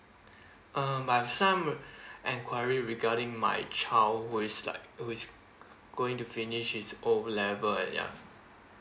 um I'm sean enquiry regarding my child who is like who is going to finish his O level and ya